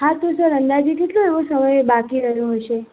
હા તો સર અંદાજે કેટલો એવો સમય બાકી રહ્યો હશે